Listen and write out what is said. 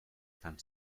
fan